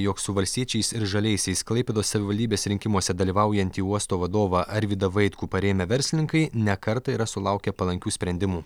jog su valstiečiais ir žaliaisiais klaipėdos savivaldybės rinkimuose dalyvaujantį uosto vadovą arvydą vaitkų parėmę verslininkai ne kartą yra sulaukę palankių sprendimų